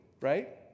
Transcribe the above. right